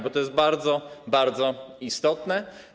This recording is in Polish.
Bo to jest bardzo, bardzo istotne.